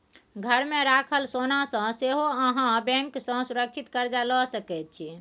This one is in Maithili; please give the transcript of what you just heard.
घरमे राखल सोनासँ सेहो अहाँ बैंक सँ सुरक्षित कर्जा लए सकैत छी